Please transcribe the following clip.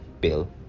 bill